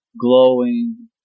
glowing